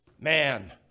man